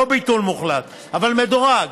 לא ביטול מוחלט, אבל מדורג.